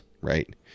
right